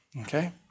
Okay